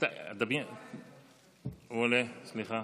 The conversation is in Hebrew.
הוא עולה, סליחה.